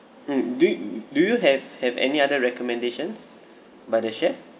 mm do y~ do you have have any other recommendations by the chef